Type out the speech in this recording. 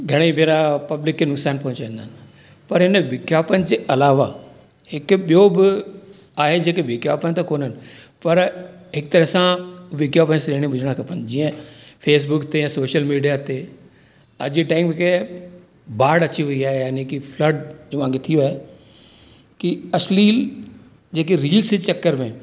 घणेई भेरा पब्लिक खे नुक़सानु पहुचाईंदा आहिनि पर हिन विज्ञापन जे अलावा हिकु ॿियों बि आहे जेको विज्ञापन त कोन्हनि पर हिकु तरह सां विज्ञापन श्रेणी में हुजिणा खपनि जीअं फेसबुक ते ऐं सोशल मीडिया ते अॼु जे टाइम खे बाड़ अची वेई आहे यानी की फल्ड जी वांदो थी वियो आहे की अश्लील जेके रील्स जे चकर में